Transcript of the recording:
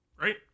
right